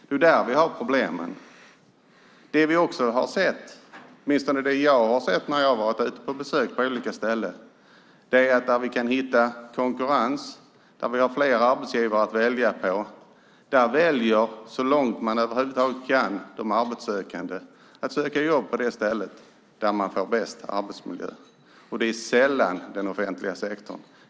Det är där vi har problemen. När jag har varit ute på besök på olika ställen har jag sett att där man kan hitta konkurrens, där man har flera arbetsgivare att välja på, väljer de arbetssökande så långt de över huvud taget kan att söka jobb på det ställe där de får bäst arbetsmiljö, och det är sällan i den offentliga sektorn.